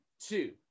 two